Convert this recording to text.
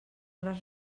les